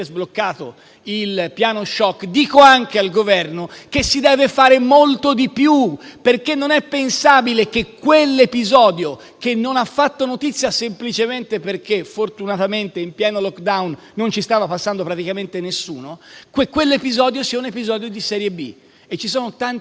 il piano *shock*, io dico anche al Governo che si deve fare molto di più. Non è, infatti, pensabile che quell'episodio, che non ha fatto notizia semplicemente perché, fortunatamente, in pieno *lockdown* non ci stava passando praticamente nessuno, sia un episodio di serie B. Ci sono tanti ponti,